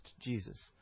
Jesus